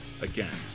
again